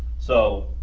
so,